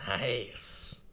Nice